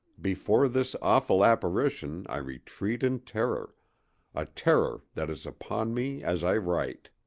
before this awful apparition i retreat in terror a terror that is upon me as i write.